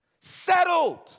Settled